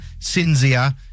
Cinzia